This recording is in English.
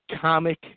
comic